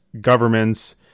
governments